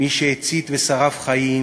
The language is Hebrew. מי שהצית ושרף חיים